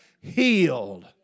healed